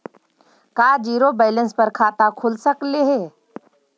का zero balance पर खाता खुल सकले हे?